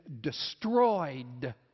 destroyed